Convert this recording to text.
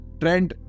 trend